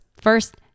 First